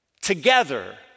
Together